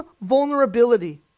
vulnerability